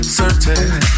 certain